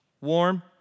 Warm